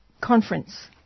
conference